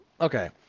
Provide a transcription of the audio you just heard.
okay